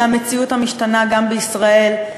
מהמציאות המשתנה גם בישראל.